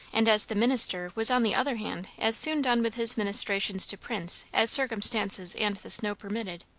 and as the minister was on the other hand as soon done with his ministrations to prince as circumstances and the snow permitted,